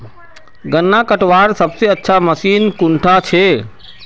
गन्ना कटवार सबसे अच्छा मशीन कुन डा छे?